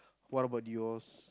what about yours